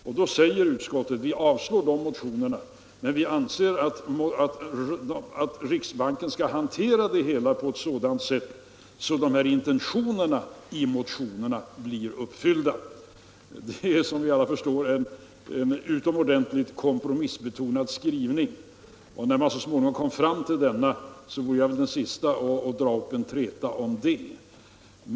Utskottet säger då: Vi avstyrker de motionerna men anser att riksbanken skall hantera hela denna verksamhet på sådant sätt att motionernas intentioner blir uppfyllda. Detta är som alla förstår en utomordentligt kompromissbetonad skrivning. Och när man nu så småningom kom fram till den skrivningen, så vore väl jag den siste att dra upp en träta om den.